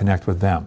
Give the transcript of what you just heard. connect with them